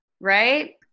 right